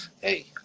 Hey